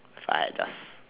if I had just